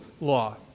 law